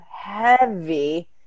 heavy